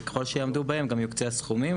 וככל שיעמדו בהם גם יוקצו הסכומים.